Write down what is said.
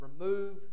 Remove